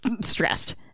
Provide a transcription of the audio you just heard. stressed